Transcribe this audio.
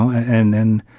and and